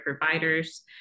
providers